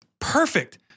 perfect